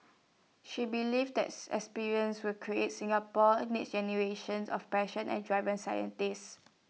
she believed as experiences will create Singapore's next generation of passionate driven scientists